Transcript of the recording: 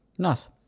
Nice